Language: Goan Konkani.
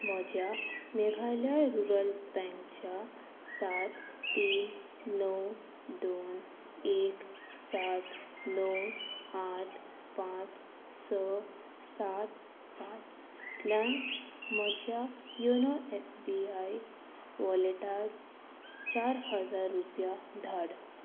म्हज्या मेघालय रुरल बँकच्या सात तीन णव दोन एक सात णव आठ पांच स सात पांच तल्यान म्हज्या योनो एस बी आय वॉलेटांत चार हजार रुपया धाड